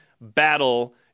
battle